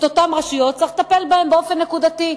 אותן רשויות, צריך לטפל בהן באופן נקודתי.